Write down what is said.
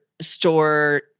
store